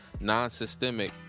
non-systemic